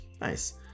Nice